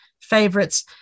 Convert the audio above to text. favorites